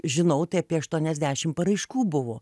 žinau tai apie aštuoniasdešim paraiškų buvo